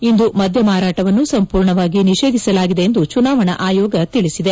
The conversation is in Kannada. ಇಂದು ಮದ್ದಮಾರಾಟವನ್ನು ಸಂಪೂರ್ಣವಾಗಿ ನಿಷೇಧಿಸಲಾಗಿದೆ ಎಂದು ಚುನಾವಣಾ ಆಯೋಗ ತಿಳಿಸಿದೆ